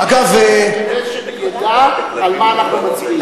הציבור בחר בנו כדי שהוא ידע על מה אנחנו מצביעים.